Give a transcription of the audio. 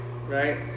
Right